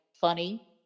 funny